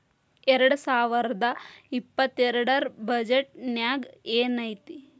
ಎರ್ಡ್ಸಾವರ್ದಾ ಇಪ್ಪತ್ತೆರ್ಡ್ ರ್ ಬಜೆಟ್ ನ್ಯಾಗ್ ಏನೈತಿ?